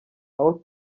aho